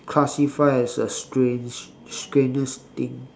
classify as a strange strangest thing